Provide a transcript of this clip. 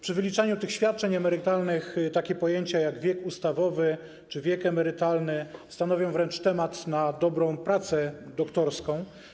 Przy wyliczaniu tych świadczeń emerytalnych takie pojęcia jak wiek ustawowy czy wiek emerytalny stanowią wręcz temat na dobrą pracę doktorską.